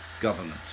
government